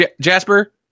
Jasper